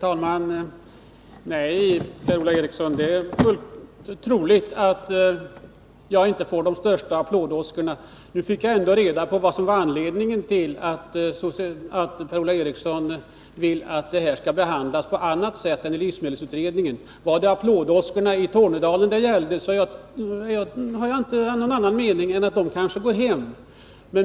Herr talman! Det är troligt att jag inte får de största applådåskorna. Men nu fick jag ändå reda på vad som var anledningen till att Per-Ola Eriksson vill att denna fråga skall behandlas på annat sätt än i livsmedelsutredningen. Gäller det applådåskorna i Tornedalen har jag ingen annan mening än att de kanske går hem.